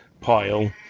pile